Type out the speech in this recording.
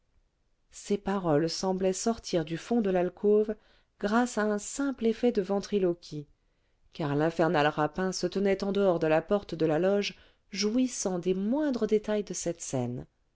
ces paroles semblaient sortir du fond de l'alcôve grâce à un simple effet de ventriloquie car l'infernal rapin se tenait en dehors de la porte de la loge jouissant des moindres détails de cette scène